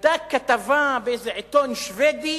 היתה כתבה באיזה עיתון שבדי,